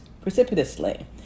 precipitously